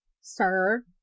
sir